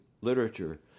literature